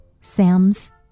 Sam's